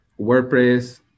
WordPress